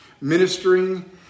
ministering